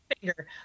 finger